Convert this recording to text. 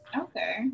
Okay